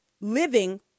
living